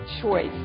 choice